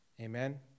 Amen